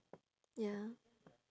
ya